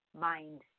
mind